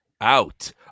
out